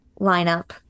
lineup